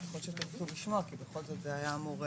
ככל שתרצו לשמוע כי בכל זאת זה היה אמור,